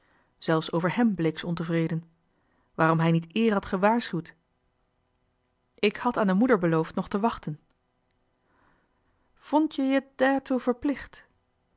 zelfs over hem bleek ze ontevreden waarom hij niet eer had gewaarschuwd ik had aan de moeder beloofd nog te wachten vondt je je daertoe verplicht